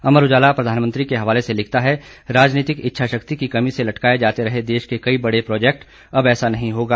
अमर उजाला प्रधानमंत्री के हवाले से लिखता है राजनीतिक इच्छा शक्ति की कमी से लटकाए जाते रहे देश के कई बड़े प्रोजैक्ट अब ऐसा नहीं होगा